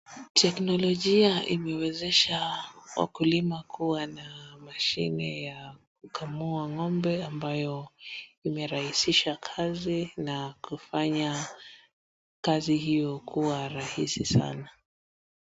Teknolojia imewezesha wakulima kuwa na mashine ya kukamua ng'ombe ambayo imerahisisha kazi na kufanya kazi hiyo kuwa rahisi sana.